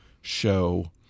show